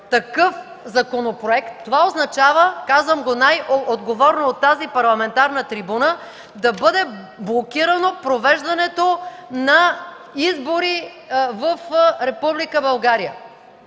такъв законопроект, това означава, казвам го най-отговорно от тази парламентарна трибуна, да бъде блокирано провеждането на избори в